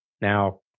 now